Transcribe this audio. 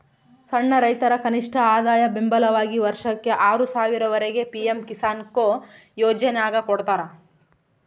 ಸಣ್ಣ ರೈತರ ಕನಿಷ್ಠಆದಾಯ ಬೆಂಬಲವಾಗಿ ವರ್ಷಕ್ಕೆ ಆರು ಸಾವಿರ ವರೆಗೆ ಪಿ ಎಂ ಕಿಸಾನ್ಕೊ ಯೋಜನ್ಯಾಗ ಕೊಡ್ತಾರ